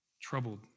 troubled